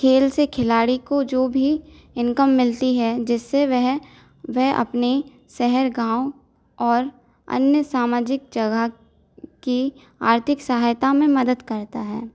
खेल से खिलाड़ी को जो भी इनकम मिलती है जिससे वह वे अपनी शहर गाँव और अन्य सामाजिक जगह की आर्थिक सहायता में मदद करता है